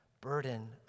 burden